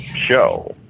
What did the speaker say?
show